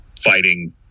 fighting